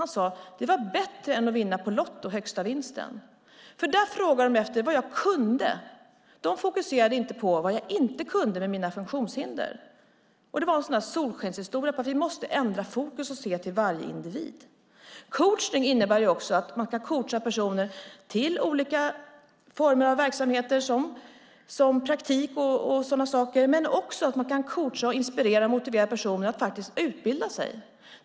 Han sade att det var bättre än att vinna högsta vinsten på Lotto. De frågade efter vad han kunde och fokuserade inte på vad han inte kunde på grund av hans funktionshinder. Det var en solskenshistoria som visar att vi måste ändra fokus och se till varje individ. Coachning innebär att coacha personer till olika former av verksamheter, till exempel praktik, och att inspirera och motivera personer att utbilda sig.